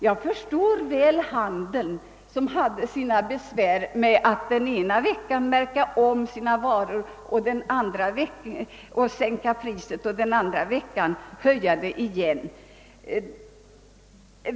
Jag förstår väl att handeln hade besvär med att den ena veckan märka om sina varor och sänka priset och den andra veckan höja det igen.